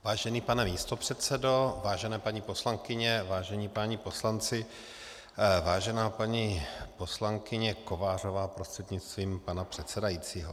Vážený pane místopředsedo, vážené paní poslankyně, vážení páni poslanci, vážená paní poslankyně Kovářová prostřednictvím pana předsedajícího.